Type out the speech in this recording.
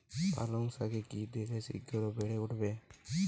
পালং শাকে কি দিলে শিঘ্র বেড়ে উঠবে?